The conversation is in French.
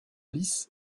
lisses